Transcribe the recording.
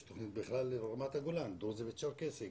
יש תוכנית לרמת הגולן דרוזי וצ'רקסי,